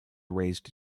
raised